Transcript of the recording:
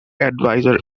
advisor